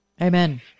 Amen